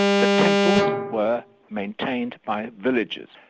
the temples were maintained by villagers.